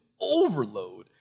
overload